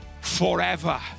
forever